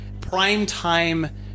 prime-time